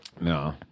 No